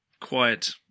quiet